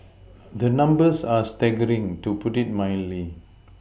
the numbers are staggering to put it mildly